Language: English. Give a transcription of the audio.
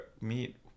meet